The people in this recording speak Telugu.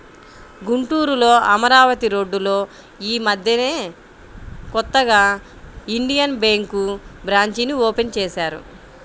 గుంటూరులో అమరావతి రోడ్డులో యీ మద్దెనే కొత్తగా ఇండియన్ బ్యేంకు బ్రాంచీని ఓపెన్ చేశారు